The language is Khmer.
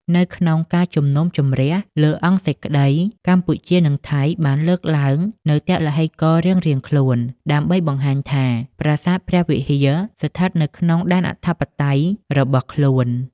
នៅក្នុងការជំនុំជម្រះលើអង្គសេចក្ដី កម្ពុជានិងថៃ បានលើកឡើងនូវទឡ្ហីកររៀងៗខ្លួន ដើម្បីបង្ហាញថា ប្រាសាទព្រះវិហារស្ថិតនៅក្នុងដែនអធិបតេយ្យរបស់ខ្លួន។